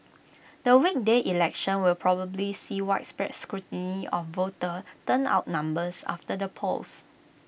the weekday election will probably see widespread scrutiny of voter turnout numbers after the polls